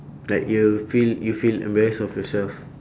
like you have feel you feel embarrass of yourself